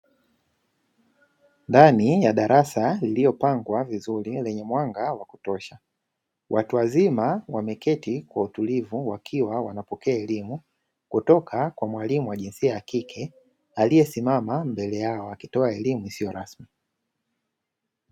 Ndani ya darasa lililopangwa vizuri lenye mwanga wa kutosha watu wazima wameketi kwa utulivu wakiwa wanapokea elimu kutoka kutoka kwa mwalimu wa kike aliyesimama mbele yao akitoa elimu isiyo rasmi.